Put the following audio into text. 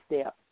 step